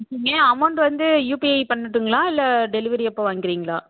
ஏன் அமௌண்ட்டு வந்து யூபிஐ பண்ணட்டுங்களா இல்லை டெலிவரி அப்போ வாங்கிக்கிறிங்களா